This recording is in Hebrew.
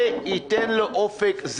זה ייתן לו אופק.